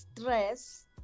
stress